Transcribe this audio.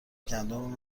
گندم